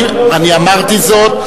אני אמרתי זאת,